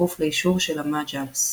וכפוף לאישור של המג'לס.